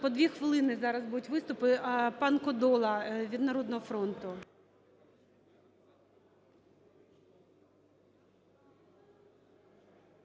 по дві хвилини зараз будуть виступи. Пан Кодола від "Народного фронту".